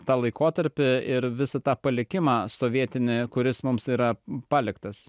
tą laikotarpį ir visą tą palikimą sovietinį kuris mums yra paliktas